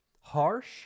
harsh